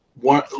one